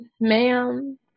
ma'am